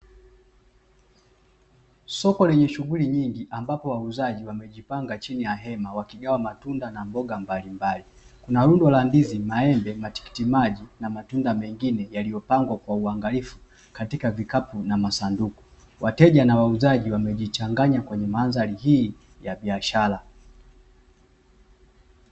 Soko lenye shughuli nyingi ambapo wauzaji wamejipanga chini ya hema wakigawa matunda na mboga mbalimbali. Kuna lundo la ndizi, maembe, matikitimaji na matunda mengine yaliyopangwa kwa uangalifu katika vikapu na masunduku. Wateja na wauzaji wamejichanganya kwenye mandhari hii ya biashara.